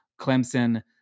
Clemson